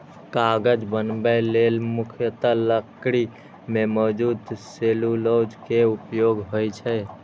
कागज बनबै लेल मुख्यतः लकड़ी मे मौजूद सेलुलोज के उपयोग होइ छै